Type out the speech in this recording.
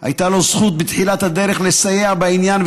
הייתה לו הזכות בתחילת הדרך לסייע בעניין,